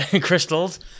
crystals